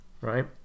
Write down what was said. right